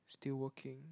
still working